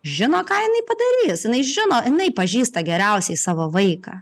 žino ką jinai padarys jinai žino jinai pažįsta geriausiai savo vaiką